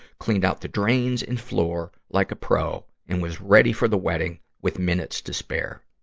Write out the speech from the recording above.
cleaned out the drains and floor like a pro, and was ready for the wedding with minutes to spare.